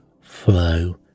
flow